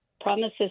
promises